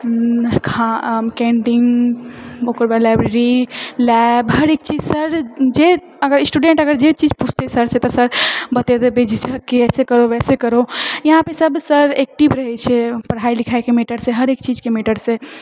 खा कैन्टीन ओकर बाद लाइब्रेरी लैब हरेक चीज सर जे अगर स्टुडेन्ट अगर जे चीज पुछतै सर से तऽ सर बतेतै बेझिझक कि एसे करो वैसे करो इहाँपे सभ सर एक्टिव रहैत छे पढ़ाइ लिखाइके मैटरसँ हर चीजके मैटरसँ